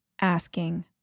asking